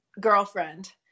girlfriend